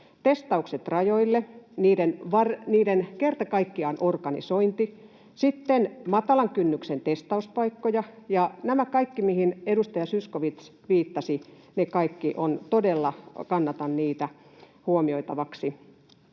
testaukset rajoille, niiden kertakaikkinen organisointi, sitten matalan kynnyksen testauspaikkoja ja nämä kaikki, mihin edustaja Zyskowicz viittasi — niitä kaikkia todella kannatan huomioitavaksi.